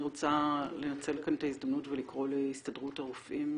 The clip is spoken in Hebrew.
אני רוצה לנצל כאן את ההזדמנות ולקרוא להסתדרות הרופאים,